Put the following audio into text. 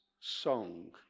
song